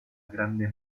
grande